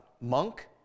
monk